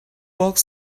walked